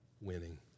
winning